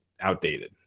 outdated